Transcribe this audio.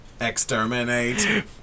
Exterminate